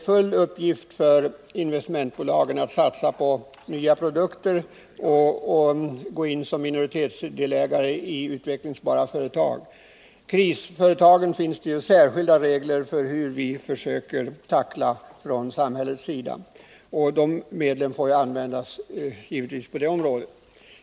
Investmentbolagen har till uppgift att satsa på nya produkter och att gå in som minoritetsdelägare i utvecklingsbara företag. Det finns särskilda regler för hur vi från samhällets sida skall tackla krisföretagens problem, och medlen för det får givetvis användas på det området.